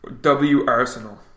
W-Arsenal